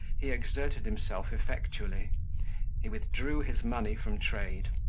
he exerted himself effectually he withdrew his money from trade,